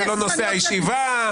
זה לא נושא הישיבה.